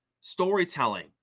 storytelling